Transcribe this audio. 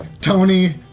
Tony